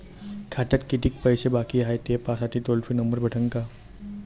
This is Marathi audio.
खात्यात कितीकं पैसे बाकी हाय, हे पाहासाठी टोल फ्री नंबर भेटन का?